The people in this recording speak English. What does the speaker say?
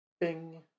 Bing